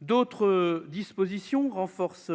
D'autres dispositions renforcent